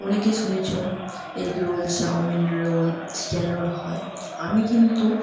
অনেকেই শুনেছো egg roll chowmein roll chicken roll হয় আমি কিন্তু